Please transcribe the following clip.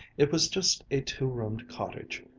it was just a two-roomed cottage,